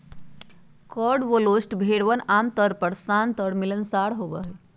Cotswold भेड़वन आमतौर पर शांत और मिलनसार होबा हई